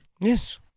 Yes